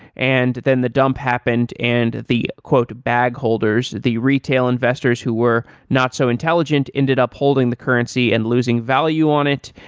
and then the dump happened and the bag holders, the retail investors who were not so intelligent ended up holding the currency and losing value on it.